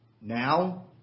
now